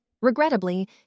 Regrettably